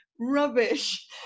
Rubbish